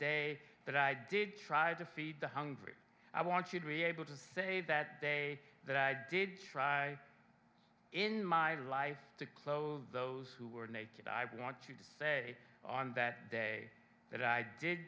that i did try to feed the hungry i want you to be able to say that day that i did try in my life to close those who were naked i want you to say on that day that i did